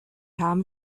haben